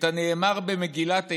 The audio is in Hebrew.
את הנאמר במגילת איכה,